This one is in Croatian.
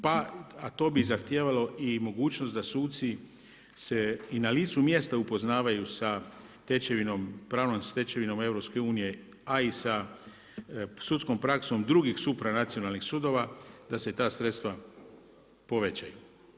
Pa, a to bi zahtijevalo i mogućnost da suci se i na licu mjesta upoznavaju sa tečevinom, pravnom stečevinom EU a i sa sudskom praksom drugih supranacionalnih sudova da se ta sredstva povećaju.